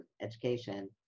education